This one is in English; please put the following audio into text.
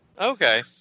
Okay